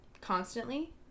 constantly